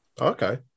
Okay